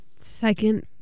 second